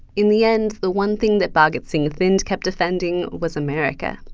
in the end, the one thing that bhagat singh thind kept defending was america.